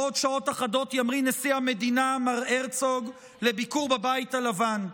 בעוד שעות אחדות ימריא נשיא המדינה מר הרצוג לביקור בבית הלבן.